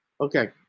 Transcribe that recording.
Okay